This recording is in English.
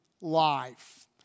life